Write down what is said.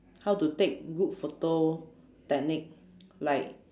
how to take good photo technique like